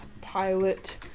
pilot